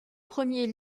premier